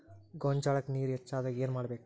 ಗೊಂಜಾಳಕ್ಕ ನೇರ ಹೆಚ್ಚಾದಾಗ ಏನ್ ಮಾಡಬೇಕ್?